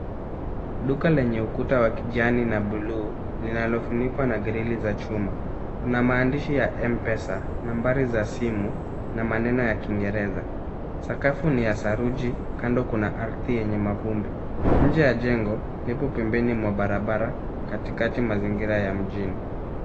Duka lenye ukuta wa kijani na bluu linalofunikwa na grili za chuma. Kuna maandishi ya M-pesa, nambari za simu na maneno ya kiingereza. Sakafu ni ya saruji kando kuna ardhi yenye mavumbi. Nje ya jengo ipo pembeni mwa barabara katikati mazingira ya mjini.